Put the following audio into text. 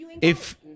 if-